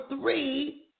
three